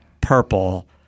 purple